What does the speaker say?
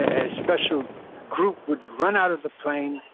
a special group would run out of the plane,